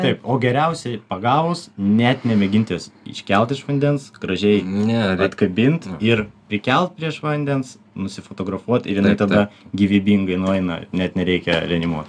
taip o geriausiai pagavus net nemėgintis iškelt iš vandens gražiai akabint ir prikelti prieš vandens nusifotografuot ir jinai tada gyvybingai nueina net nereikia reanimuot